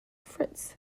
fritz